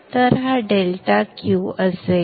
तर हा delta Q असेल